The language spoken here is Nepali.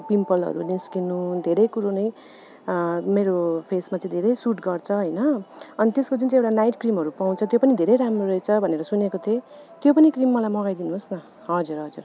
पिमपलहरू निस्किनु धेरै कुरो नै मेरो फेसमा चाहिँ धेरै सुट गर्छ होइन अनि त्यसको जुन चाहिँ एउटा नाइट क्रिमहरू पाउँछ त्यो पनि धेरै राम्रो रहेछ भनेर सुनेको थिएँ त्यो पनि क्रिम मलाई मगाइ दिनुहोस् न हजुर हजुर